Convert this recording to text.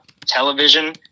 television